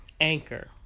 Anchor